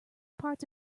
parts